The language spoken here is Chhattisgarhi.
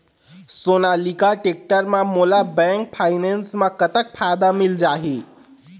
सोनालिका टेक्टर म मोला बैंक फाइनेंस म कतक फायदा मिल जाही?